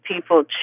people